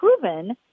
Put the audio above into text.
proven